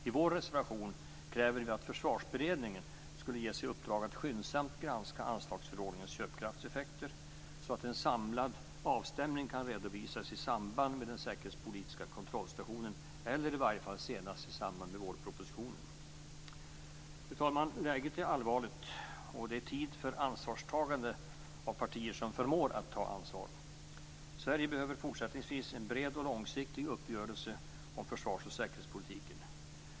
I vår reservation kräver vi att försvarsberedningen ges i uppdrag att skyndsamt granska anslagsförordningens köpkraftseffekter så att en samlad avstämning kan redovisas i samband med den säkerhetspolitiska kontrollstationen eller i varje fall senast i samband med vårpropositionen. Fru talman! Läget är allvarligt. Det är tid för ansvarstagande av partier som förmår att ta ansvar. Sverige behöver fortsättningsvis en bred och långsiktig uppgörelse om försvars och säkerhetspolitiken.